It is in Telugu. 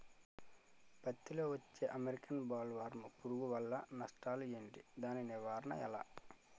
పత్తి లో వచ్చే అమెరికన్ బోల్వర్మ్ పురుగు వల్ల నష్టాలు ఏంటి? దాని నివారణ ఎలా?